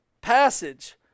passage